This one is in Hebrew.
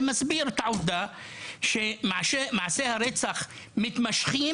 זה מסביר את העובדה שמעשי הרצח מתמשכים,